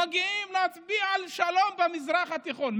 מגיעים להצביע על שלום במזרח התיכון,